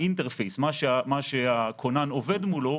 ה-Interface, מה שהכונן עובד מולו,